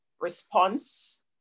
response